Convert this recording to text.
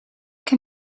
can